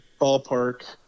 ballpark